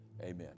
Amen